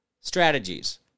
Strategies